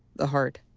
the heart.